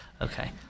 Okay